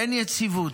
אין יציבות.